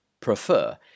prefer